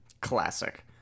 classic